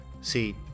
See